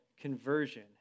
conversion